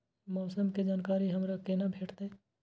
मौसम के जानकारी हमरा केना भेटैत?